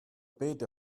bit